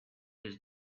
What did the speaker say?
his